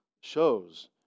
shows